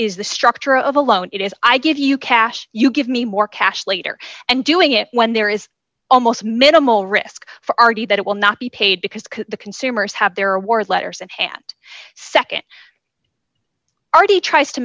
is the structure of a loan it is i give you cash you give me more cash later and doing it when there is almost minimal risk for r t that it will not be paid because the consumers have their award letters and hand nd r t tries to